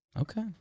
Okay